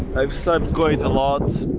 i slept quite a lot